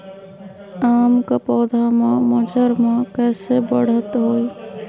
आम क पौधा म मजर म कैसे बढ़त होई?